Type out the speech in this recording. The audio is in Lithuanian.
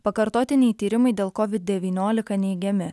pakartotiniai tyrimai dėl kovid devyniolika neigiami